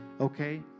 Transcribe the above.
Okay